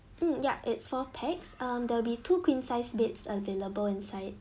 um yup it's four pax um there'll be two queen size beds available inside